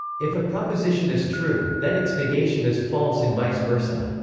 if a proposition is true, then its negation is false and vice versa.